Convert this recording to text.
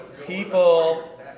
People